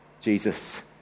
Jesus